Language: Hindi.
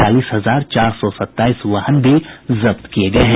चालीस हजार चार सौ सत्ताईस वाहन भी जब्त किये गये हैं